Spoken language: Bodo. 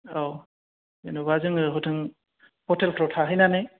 औ जेन'बा जोङो हजों हथेलफ्राव थाहैनानै